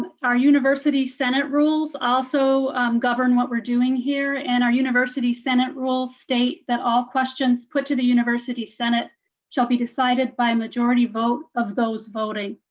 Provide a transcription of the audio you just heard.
our university senate rules also govern what we're doing here and our university senate rules state that all questions put to the university senate shall be decided by majority vote of those voting.